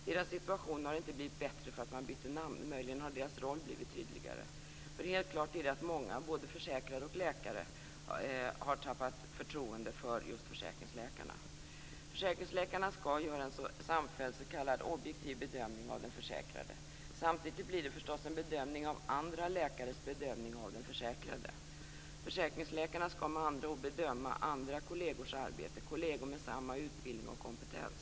Deras situation har inte blivit bättre för att man bytte namn, möjligen har deras roll blivit tydligare. För helt klart är att det är många - både försäkrade och läkare - som har tappat förtroendet för just försäkringsläkare. Försäkringsläkarna skall göra en samfälld s.k. objektiv bedömning av den försäkrade. Samtidigt blir det förstås en bedömning av andra läkares bedömning av den försäkrade. Försäkringsläkarna skall med andra ord bedöma andra kollegers arbete - kolleger med samma utbildning och kompetens.